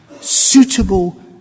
suitable